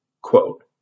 Quote